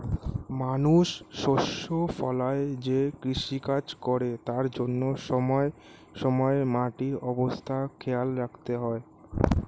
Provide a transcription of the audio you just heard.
মানুষ শস্য ফলায় যে কৃষিকাজ করে তার জন্যে সময়ে সময়ে মাটির অবস্থা খেয়াল রাখতে হয়